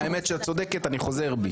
האמת שאת צודקת אני חוזר בי,